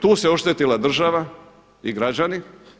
Tu se oštetila država i građani.